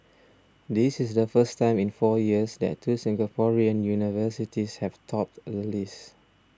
this is the first time in four years that two Singaporean universities have topped the list